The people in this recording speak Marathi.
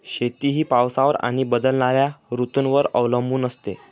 शेती ही पावसावर आणि बदलणाऱ्या ऋतूंवर अवलंबून असते